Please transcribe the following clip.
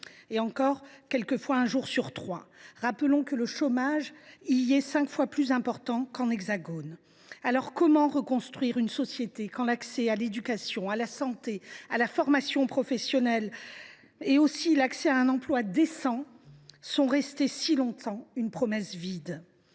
et encore, quelquefois un jour sur trois !– et que le chômage y est cinq fois plus important que dans l’Hexagone. Alors, comment reconstruire une société quand l’accès à l’éducation, à la santé, à la formation professionnelle ou à un emploi décent est resté si longtemps une promesse vide ?